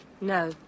No